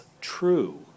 true